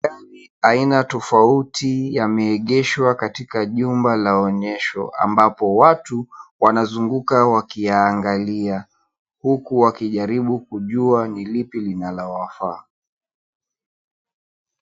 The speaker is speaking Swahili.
Aina tofauti yameegeshwa katika jumba la onyesho ambapo watu wanazunguka wakiyaangalia huku wakijaribu kujuwa ni lipi linalowafaa.